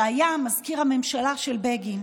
שהיה מזכיר הממשלה של בגין: